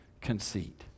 conceit